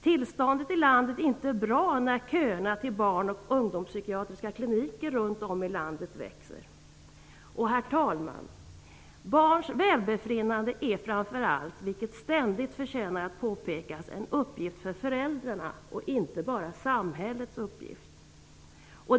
Tillståndet i landet är inte bra när köerna till barn och ungdomspsykiatriska kliniker runt om i landet växer. Herr talman! Barns välbefinnande är framför allt, vilket ständigt förtjänar att påpekas, en uppgift för föräldrarna och inte bara samhällets uppgift.